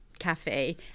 cafe